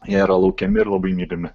jei yra laukiami ir labai mylimi